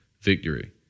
victory